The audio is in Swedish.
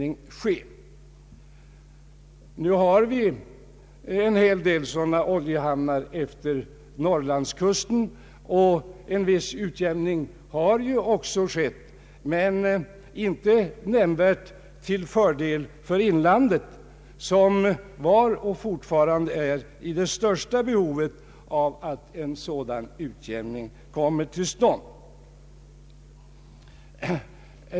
Nu har vi en hel del sådana oljehamnar efter Norrlandskusten, och en viss utjämning har också skett men inte nämnvärt till fördel för inlandet, som var och fortfarande är i största behov av att en sådan utjämning kommer till stånd.